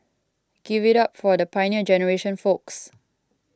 give it up for the Pioneer Generation folks